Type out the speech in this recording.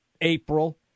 April